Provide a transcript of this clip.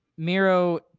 Miro